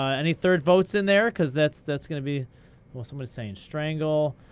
ah any third votes in there, because that's that's going to be well somebody's saying strangle,